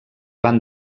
van